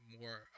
more